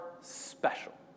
special